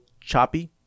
choppy